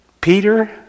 Peter